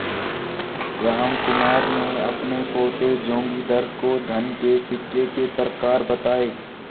रामकुमार ने अपने पोते जोगिंदर को धन के सिक्के के प्रकार बताएं